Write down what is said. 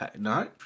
no